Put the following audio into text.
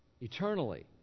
Eternally